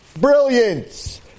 brilliance